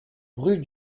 rue